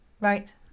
Right